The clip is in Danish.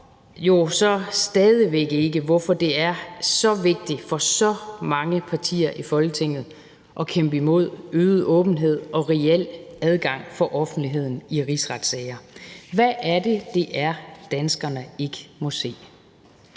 jo så stadig væk ikke, hvorfor det er så vigtigt for så mange partier i Folketinget at kæmpe imod øget åbenhed og reel adgang for offentligheden i rigsretssager. Hvad er det, danskerne ikke må se?